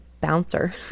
bouncer